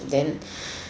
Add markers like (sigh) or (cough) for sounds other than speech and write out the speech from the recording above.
then (breath)